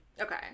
Okay